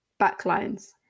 backlines